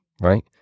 right